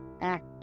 act